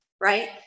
right